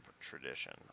tradition